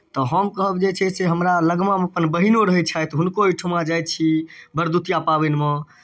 तऽ हम कहब जे छै से हमरा लगमामे अपन बहीनो रहैत छथि हुनको ओहिठिमा जाइ छी भरदुतिया पाबनिमे